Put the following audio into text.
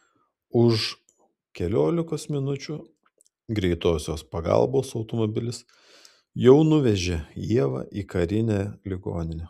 už keliolikos minučių greitosios pagalbos automobilis jau nuvežė ievą į karinę ligoninę